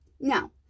now